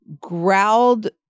growled